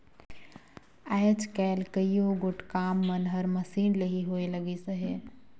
आएज काएल कइयो गोट काम मन हर मसीन ले ही होए लगिस अहे